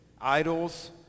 Idols